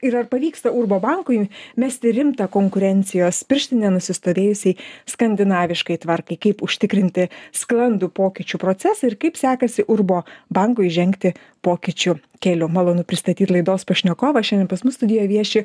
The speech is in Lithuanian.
ir ar pavyksta urbo bankui mesti rimtą konkurencijos pirštinę nusistovėjusiai skandinaviškai tvarkai kaip užtikrinti sklandų pokyčių procesą ir kaip sekasi urbo bankui žengti pokyčių keliu malonu pristatyt laidos pašnekovą šiandien pas mus studijoj vieši